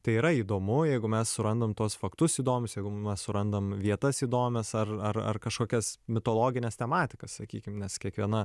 tai yra įdomu jeigu mes surandam tuos faktus įdomius jeigu mes surandam vietas įdomias ar ar ar kažkokias mitologines tematikas sakykim nes kiekviena